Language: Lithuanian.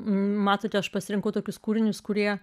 matote aš pasirinkau tokius kūrinius kurie